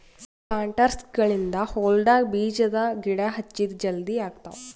ಪ್ಲಾಂಟರ್ಸ್ಗ ಗಳಿಂದ್ ಹೊಲ್ಡಾಗ್ ಬೀಜದ ಗಿಡ ಹಚ್ಚದ್ ಜಲದಿ ಆಗ್ತಾವ್